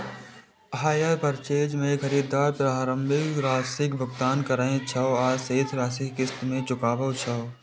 hire purchase मे खरीदार प्रारंभिक राशिक भुगतान करै छै आ शेष राशि किस्त मे चुकाबै छै